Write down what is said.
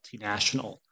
multinational